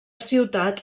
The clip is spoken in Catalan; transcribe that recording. ciutat